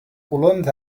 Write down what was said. colons